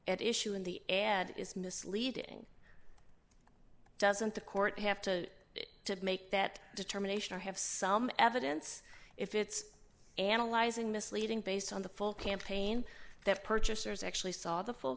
at issue in the end is misleading doesn't the court have to to make that determination or have some evidence if it's analyzing misleading based on the full campaign that purchasers actually saw the full